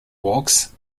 walks